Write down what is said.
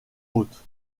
haute